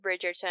Bridgerton